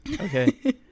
okay